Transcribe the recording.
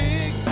Big